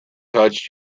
touched